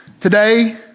today